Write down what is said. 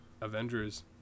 Avengers